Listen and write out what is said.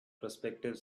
prospective